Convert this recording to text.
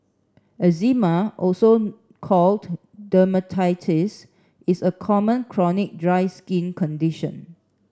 eczema also called dermatitis is a common chronic dry skin condition